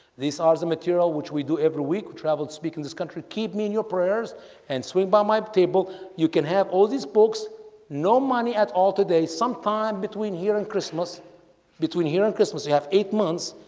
these are the material which we do every week we travel to speak in this country. keep me in your prayers and swing by my table you can have all these books no money at all today sometime between here and christmas between here on christmas we have eight months.